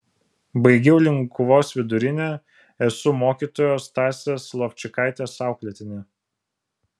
baigiau linkuvos vidurinę esu mokytojos stasės lovčikaitės auklėtinė